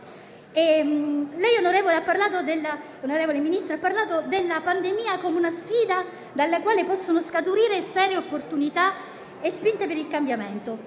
ha parlato della pandemia come di una sfida dalla quale possono scaturire serie opportunità e spinte per il cambiamento.